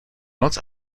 noc